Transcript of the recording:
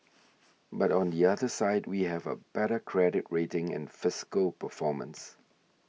but on the other side we have a better credit rating and fiscal performance